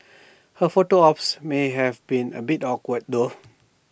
her photo ops may have been A bit awkward though